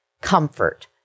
comfort